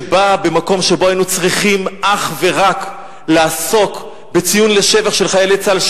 שבאה במקום שבו היינו צריכים אך ורק לעסוק בציון לשבח של חיילי צה"ל,